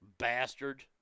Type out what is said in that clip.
Bastard